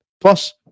plus